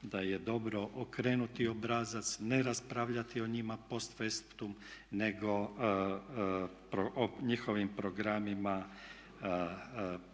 da je dobro okrenuti obrazac, ne raspravljati o njima … nego o njihovim programima prethodno